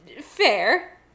Fair